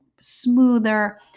smoother